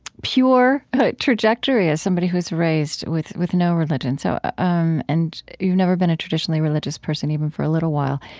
pure trajectory as somebody who was raised with with no religion, so um and you've never been a traditionally religious person even for a little while.